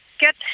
get